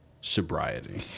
sobriety